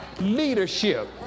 leadership